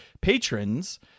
Patrons